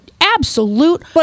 absolute